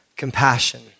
Compassion